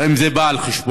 האם זה בא על חשבונם?